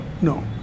No